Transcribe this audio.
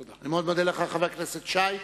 תודה לחבר הכנסת שי.